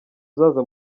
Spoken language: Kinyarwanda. uzaza